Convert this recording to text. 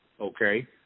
okay